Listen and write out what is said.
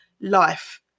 life